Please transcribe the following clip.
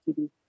TV